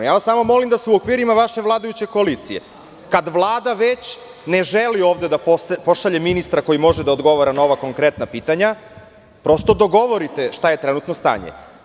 Samo vas molim da se u okvirima vaše vladajuće koalicije, kad Vlada već ne želi da ovde pošalje ministra koji može da odgovara na ova konkretna pitanja, dogovorite šta je trenutno stanje.